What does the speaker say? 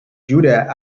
judah